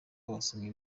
abasomyi